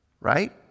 right